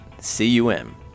C-U-M